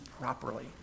properly